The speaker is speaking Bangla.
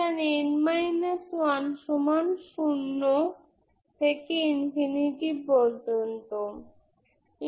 আমি এই কেস অন্তর্ভুক্ত করতে পারি